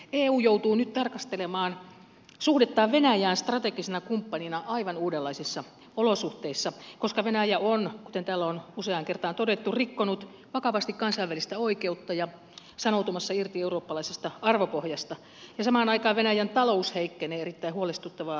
eu joutuu nyt tarkastelemaan suhdettaan venäjään strategisena kumppanina aivan uudenlaisissa olosuhteissa koska venäjä on kuten täällä on useaan kertaan todettu rikkonut vakavasti kansainvälistä oikeutta ja sanoutumassa irti eurooppalaisesta arvopohjasta ja samaan aikaan venäjän talous heikkenee erittäin huolestuttavaa tahtia